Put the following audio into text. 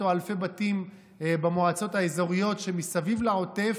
או אלפי בתים במועצות האזוריות שמסביב לעוטף,